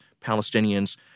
Palestinians